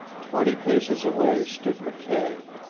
twenty paces away stood mckay.